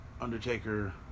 Undertaker